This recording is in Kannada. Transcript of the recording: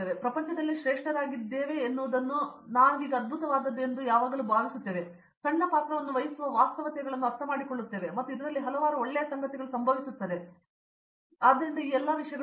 ಆದ್ದರಿಂದ ನಾವು ಪ್ರಪಂಚದಲ್ಲೇ ಶ್ರೇಷ್ಠರಾಗಿದ್ದೇವೆ ಎನ್ನುವುದನ್ನು ನಾವೀಗ ಅದ್ಭುತವಾದದ್ದು ಎಂದು ನಾವು ಯಾವಾಗಲೂ ಭಾವಿಸುತ್ತೇವೆ ಆದರೆ ನಾವು ಸಣ್ಣ ಪಾತ್ರವನ್ನು ವಹಿಸುವ ವಾಸ್ತವತೆಗಳನ್ನು ಅರ್ಥಮಾಡಿಕೊಳ್ಳುತ್ತೇವೆ ಮತ್ತು ಇದರಲ್ಲಿ ಹಲವಾರು ಒಳ್ಳೆಯ ಸಂಗತಿಗಳು ಸಂಭವಿಸುತ್ತವೆ ಸಮಯವನ್ನು ನೋಡಿ 5357 ಆದ್ದರಿಂದ ಈ ಎಲ್ಲಾ ವಿಷಯಗಳು